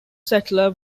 settler